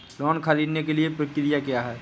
Loan ख़रीदने के लिए प्रक्रिया क्या है?